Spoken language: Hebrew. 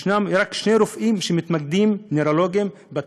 ישנם רק שני רופאים נוירולוגים שמתמקדים